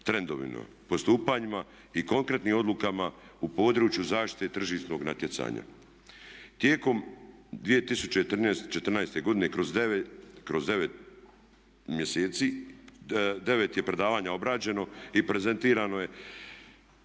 postupanjima i konkretnim odlukama u području zaštite tržišnog natjecanja. Tijekom 2014.godine kroz 9 mjeseci, 9 je predavanja obrađeno i prezentirano je